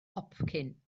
hopcyn